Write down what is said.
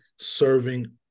serving